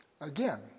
Again